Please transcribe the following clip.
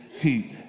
heat